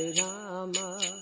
Rama